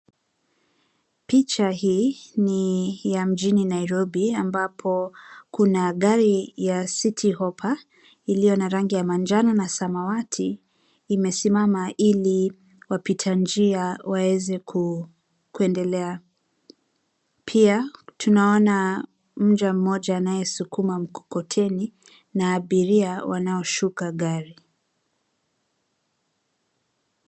Picha hii, ni ya mjini Nairobi ambapo, kuna gari ya city hopper , iliyo na rangi ya manjano na samawati, imesimama ili wapita njia waweze kuendelea. Pia, tunaona mja mmoja anayesukuma mkokoteni na abiria wanaoshuka gari.